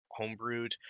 homebrewed